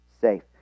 safe